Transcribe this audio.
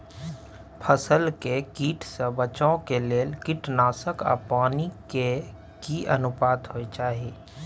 फसल के कीट से बचाव के लेल कीटनासक आ पानी के की अनुपात होय चाही?